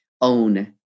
own